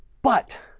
but